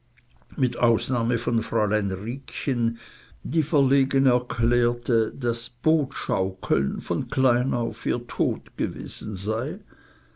mit ausnahme von fräulein riekchen die verlegen erklärte daß bootschaukeln von klein auf ihr tod gewesen sei